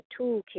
toolkit